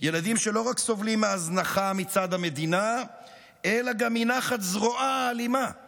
ילדים שלא רק סובלים מהזנחה מצד המדינה אלא גם מנחת זרועה האלימה;